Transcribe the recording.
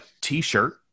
T-shirt